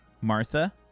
Martha